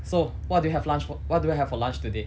so what do you have lunch fo~ what do you have for lunch today